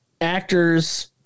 actors